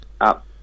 up